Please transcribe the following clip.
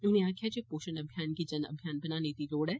उनें आक्खेआ जे पोषण अभियान गी जन अभियान बनाने दी लोड़ ऐ